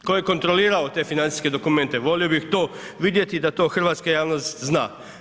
Tko je kontrolirao te financijske dokumente volio bih to vidjeti i da to hrvatska javnost zna.